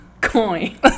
coin